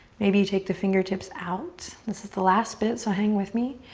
maybe take the fingertips out. this is the last bit so hang with me.